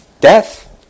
death